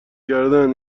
کردن